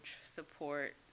support